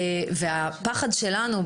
הפחד שלנו,